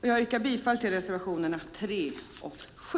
Jag yrkar bifall till reservationerna 3 och 7.